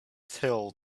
till